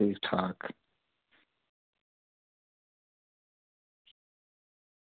ठीक ठाक